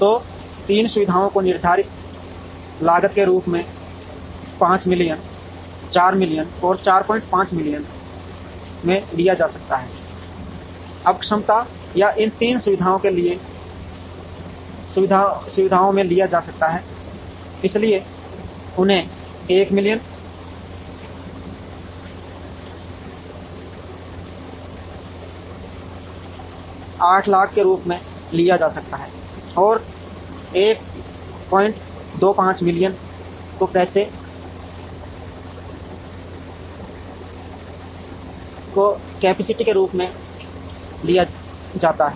तो 3 सुविधाओं को निर्धारित लागत के रूप में पांच मिलियन 4 मिलियन और 45 मिलियन में लिया जा सकता है अब क्षमता या इन 3 सुविधाओं में लिया जा सकता है इसलिए उन्हें 1 मिलियन 800000 के रूप में लिया जाता है और 125 मिलियन को कैपेसिटी के रूप में लिया जाता है